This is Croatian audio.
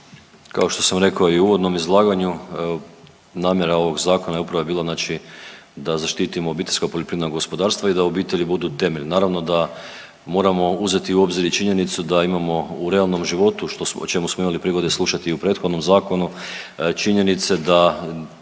Kao što sam rekao i u uvodnom izlaganju namjera ovog zakona upravo je bila, znači da zaštitimo obiteljska poljoprivredna gospodarstva i da obitelji budu temelj. Naravno da moramo uzeti u obzir i činjenicu da imamo u realnom životu o čemu smo imali prigode slušati i u prethodnom zakonu, činjenice da